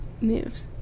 News